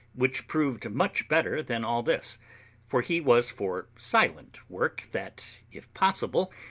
which proved much better than all this for he was for silent work, that, if possible,